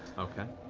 okay.